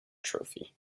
trophy